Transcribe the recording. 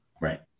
Right